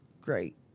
Great